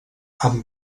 amb